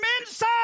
inside